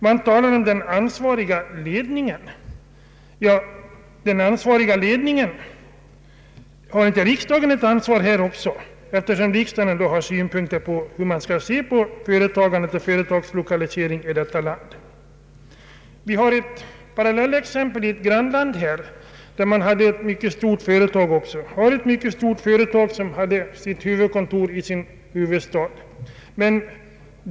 Man talar om den ansvariga ledningen — har inte riksdagen ett ansvar också, eftersom riksdagen ändå har synpunkter på frågan om företagslokaliseringen i detta land? Jag kan anföra ett parallellexempel från ett grannland, där det också finns ett mycket stort företag som hade sitt huvudkontor i huvudstaden.